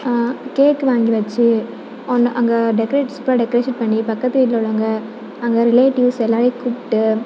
கேக்கு வாங்கி வெச்சு ஒன்று அங்கே டெக்ரேட்ஸ் ப டெக்ரேஷன் பண்ணி பக்கத்து வீட்டில் உள்ளவங்க அங்கே ரிலேட்டிவ்ஸ் எல்லாரையும் கூப்பிட்டு